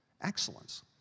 Excellence